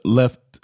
left